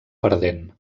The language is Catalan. perdent